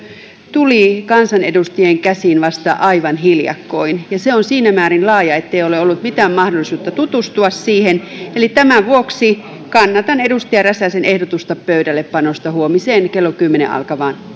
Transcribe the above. tuli kansanedustajien käsiin vasta aivan hiljakkoin ja se on siinä määrin laaja ettei ole ollut mitään mahdollisuutta tutustua siihen eli tämän vuoksi kannatan edustaja räsäsen ehdotusta pöydällepanosta huomiseen kello kymmeneen alkavaan